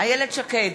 איילת שקד,